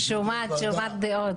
אני שומעת דעות.